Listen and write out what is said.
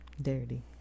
Dirty